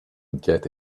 get